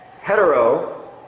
hetero